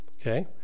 Okay